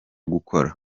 gukora